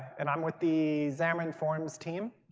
and i'm with the xamarin forms team.